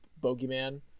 bogeyman